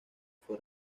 fue